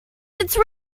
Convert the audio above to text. written